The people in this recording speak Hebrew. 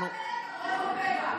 אנחנו, מה הבעיה,